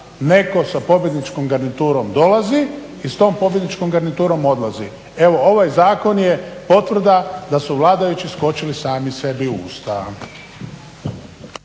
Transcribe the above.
netko sa pobjedničkom garniturom dolazi i s tom pobjedničkom garniturom odlazi. Evo, ovaj zakon je potvrda da su vladajući skočili sami sebi u usta.